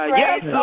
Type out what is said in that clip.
yes